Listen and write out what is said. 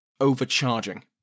overcharging